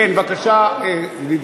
אדוני היושב-ראש, כן, בבקשה, ידידי.